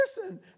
person